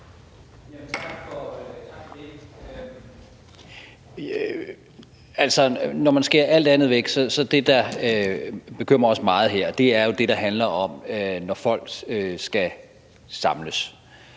Når man skærer alt det andet væk, er det, der bekymrer os meget her, jo det, der handler om, når folk skal samles.